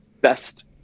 best